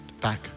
back